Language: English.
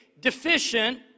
deficient